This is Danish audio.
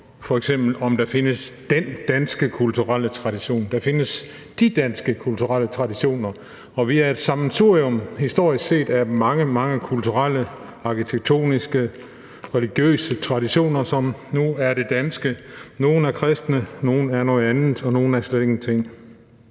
f.eks. om der findes den danske kulturelle tradition. Der findes de danske kulturelle traditioner, og vi er et sammensurium historisk set af mange, mange kulturelle, arkitektoniske, religiøse traditioner, som nu er det danske. Nogle er kristne, nogle er noget andet, og nogle er slet ingenting.